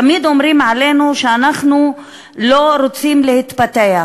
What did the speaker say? תמיד אומרים עלינו שאנחנו לא רוצים להתפתח.